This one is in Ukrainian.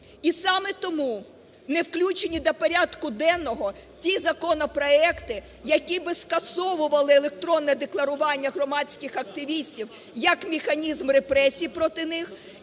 І саме тому невключені до порядку денного ті законопроекти, які би скасовували електронне декларування громадських активістів як механізм репресій проти них